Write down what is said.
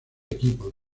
equipos